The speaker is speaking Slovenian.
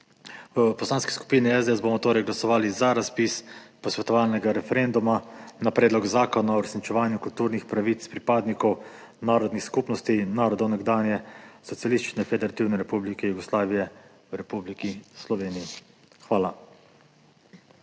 V Poslanski skupini SDS bomo torej glasovali za razpis posvetovalnega referenduma glede Predloga zakona o uresničevanju kulturnih pravic pripadnikov narodnih skupnosti narodov nekdanje Socialistične federativne republike Jugoslavije v Republiki Sloveniji. Hvala.